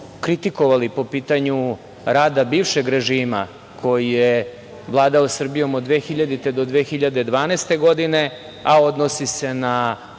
kritikovali po pitanju rada bivšeg režima koji je vladao Srbijom od 2000. do 2012. godine, a odnosi se na